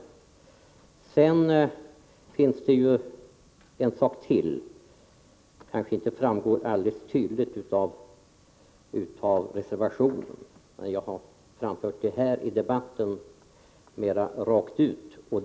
Jag skall ytterligare beröra en sak som kanske inte framgår alldeles tydligt av reservationen men som jag har påtalat här i debatten mera rakt ut.